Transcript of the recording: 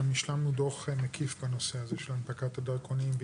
גם השלמנו דוח מקיף בנושא הזה של הנפקת הדרכונים.